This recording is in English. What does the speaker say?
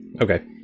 Okay